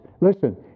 Listen